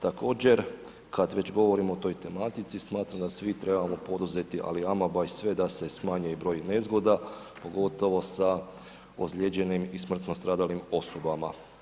Također, kad već govorim o toj tematici smatram da svi trebamo poduzeti ali ama baš sve da se smanjuje broj nezgoda, pogotovo sa ozlijeđenim i smrtno stradalim osobama.